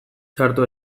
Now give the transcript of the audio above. txarto